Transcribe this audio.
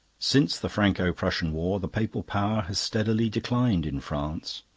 since the franco-prussian war the papal power has steadily declined in france,